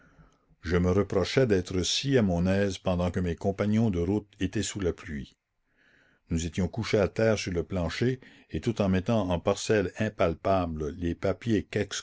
je me reprochais d'être si à mon aise pendant que mes compagnons de route étaient sous la pluie nous étions couchées à terre sur le plancher et tout en mettant en parcelles impalpables les papiers